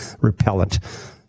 repellent